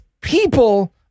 people